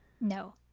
No